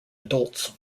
adults